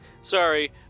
Sorry